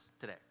today